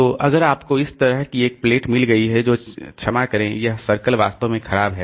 तो अगर आपको इस तरह की एक प्लेट मिल गई है तो क्षमा करें यह सर्कल वास्तव में खराब है